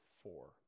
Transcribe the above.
four